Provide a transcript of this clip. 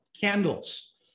candles